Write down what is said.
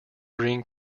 green